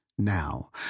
now